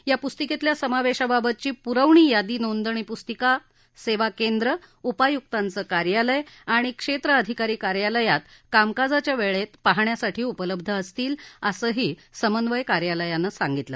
या पुस्तिकेतल्या समावेशाबाबतची पुरवणी यादी नोंदणी पुस्तिका सेवा केंद्र उपायुक्तांचं कार्यालय आणि क्षेत्र अधिकारी कार्यालयात कामकाजाच्या वेळेत पाहण्यासाठी उपलब्ध असतील असंही समन्वय कार्यालयानं सांगितलं